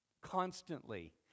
Constantly